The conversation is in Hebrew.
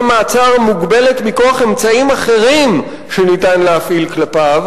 מעצר מוגבלת מכוח אמצעים אחרים שניתן להפעיל כלפיו,